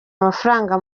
amafaranga